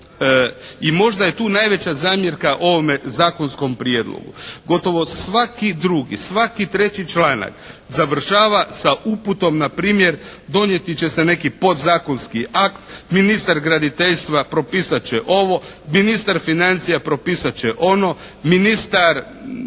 i možda je tu najveća zamjerka ovome zakonskom prijedlogu. Gotovo svaki drugi, svaki treći članak završava sa uputom npr. donijeti će se neki podzakonski akt, ministar graditeljstva propisat će ovo, ministar financija propisat će ono, ministar